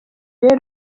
rero